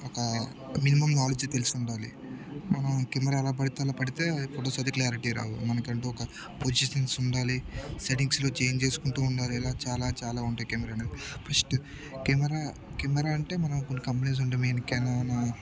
ఒక minimum knowledge తెలుసు ఉండాలి మనం కెమెరా అలా పెడితే అలా పెడితే ఫొటోస్ అది క్లారిటీ రావు మనకు అంటు ఒక పొజిషన్స్ ఉండాలి సెట్టింగ్స్లో చేంజ్ చేసుకుంటు ఉండాలి ఇలా చాలా చాలా ఉంటాయి కెమెరా ఫస్ట్ కెమెరా కెమెరా అంటే మనం కొన్ని కంపెనీస్ ఉండే మెయిన్ కెనాన్